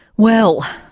well,